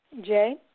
Jay